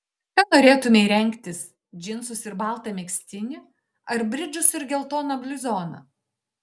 ką norėtumei rengtis džinsus ir baltą megztinį ar bridžus ir geltoną bluzoną